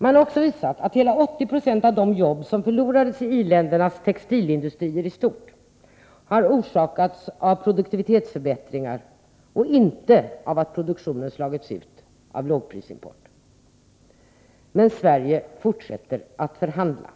Man har också visat att hela 80 90 av de jobb som förlorades vid i-ländernas textilindustrier i stort sett har orsakats av produktivitetsförbättringar och inte av att produktionen har slagits ut av lågprisimporten. Men Sverige fortsätter att förhandla.